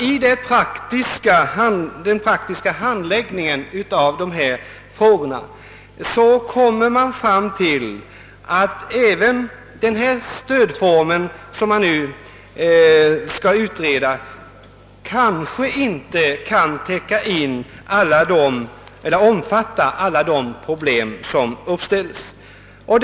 I den praktiska handläggningen av dessa frågor tror jag dock man kommer fram till att inte ens denna stödform, som man nu skall utreda, kan omfatta alla de problem som uppställer sig.